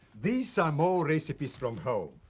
these are more recipes from home.